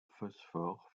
phosphore